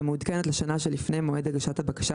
והמעודכנת לשנה שלפני מועד הגשת הבקשה,